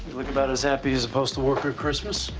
look about as happy as a postal worker at christmas.